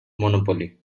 monopoly